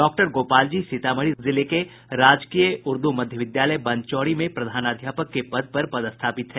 doctor Gopal ji Sitamarhi जिले के राजकीय उर्दू मध्य विद्यालय बनचौरी में प्रधानाध्यापक के पद पर पदस्थापित हैं